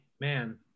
man